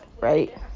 right